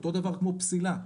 אותו דבר כמו פסילה.